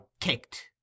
kicked